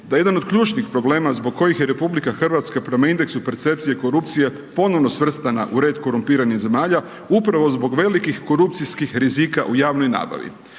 da jedan od ključnih problema zbog kojih je RH prema indeksu percepcije korupcije ponovno svrstana u red korumpiranih zemalja, upravo zbog velikih korupcijskih rizika u javnoj nabavi.